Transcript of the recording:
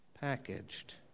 packaged